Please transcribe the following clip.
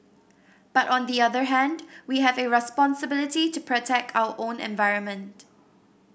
but on the other hand we have a responsibility to protect our own environment